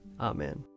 Amen